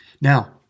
now